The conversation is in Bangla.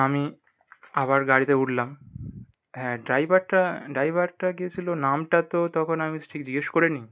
আমি আবার গাড়িতে উঠলাম হ্যাঁ ড্রাইভারটা ড্রাইভারটা কে ছিল নামটা তো তখন আমি ঠিক জিজ্ঞেস করি নি